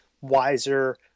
wiser